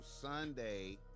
Sunday